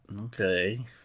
Okay